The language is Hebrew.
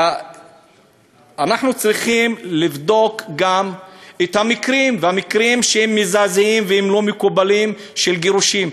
אנחנו צריכים לבדוק גם את המקרים שהם מזעזעים ולא מקובלים של גירושין.